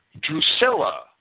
Drusilla